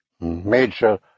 major